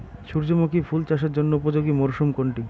সূর্যমুখী ফুল চাষের জন্য উপযোগী মরসুম কোনটি?